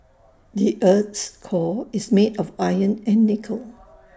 the Earth's core is made of iron and nickel